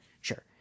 Sure